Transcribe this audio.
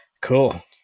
cool